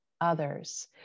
others